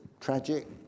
tragic